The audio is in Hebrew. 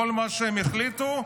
כל מה שהם החליטו,